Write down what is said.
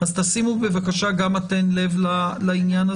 תשימו בבקשה גם אתן לב לעניין הזה.